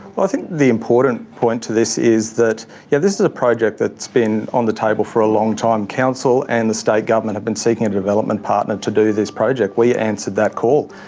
but i think the important point to this is that yeah this is a project that's been on the table for a long time, council and the state government have been seeking a development partner to do this project. we answered that call.